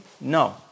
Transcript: No